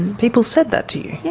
people said that to you? yes,